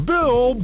Bill